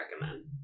recommend